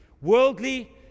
Worldly